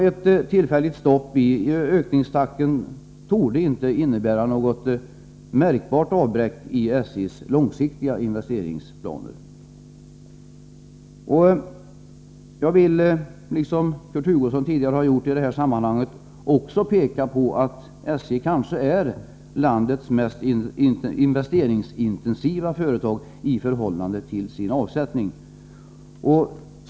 Ett tillfälligt stopp i ökningstakten torde inte innebära något märkbart avbräck i SJ:s långsiktiga investeringsplaner. Tlikhet med vad Kurt Hugosson gjorde tidigare vill också jag peka på att SJ kanske är landets mest investeringsintensiva företag i förhållande till sin omsättning.